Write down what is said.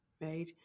right